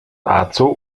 dazu